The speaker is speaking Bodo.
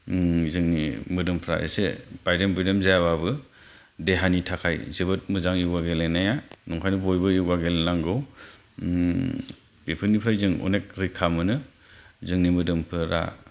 जोंनि मोदोमफोरा एसे बायदेम बुइदेम जायाबाबो देहानि थाखाय जोबोत मोजां य'गा गेलेनाया नंखायनो बयबो य'गा गेलेनांगौ बेफोरनिफ्राय जों अनेक रैखा मोनो जोंनि मोदोमफोरा